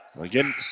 Again